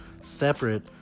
separate